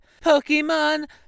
Pokemon